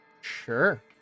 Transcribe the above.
Sure